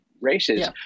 races